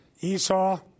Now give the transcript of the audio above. Esau